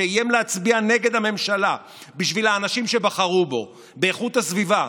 שאיים להצביע נגד הממשלה בשביל האנשים שבחרו בו באיכות הסביבה,